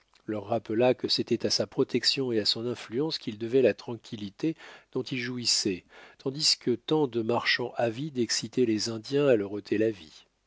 leur rappela que c'était à sa protection et à son influence qu'ils devaient la tranquillité dont ils jouissaient tandis que tant de marchands avides excitaient les indiens à leur ôter la vie